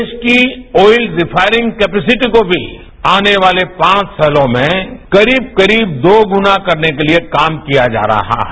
देश की ओइत रिफाइरिंग कैपेसिटी को भी आने वाले पांच सातों में करीब करीब दो गुणा करने के लिए काम किया जा रहा है